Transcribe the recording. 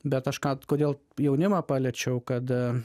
bet aš ką kodėl jaunimą paliečiau kad